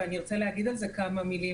ואני ארצה להגיד על זה כמה מילים,